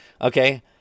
Okay